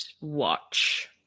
watch